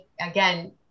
again